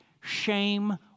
shame